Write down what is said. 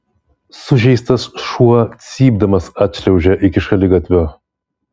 sužeistas šuo cypdamas atšliaužė iki šaligatvio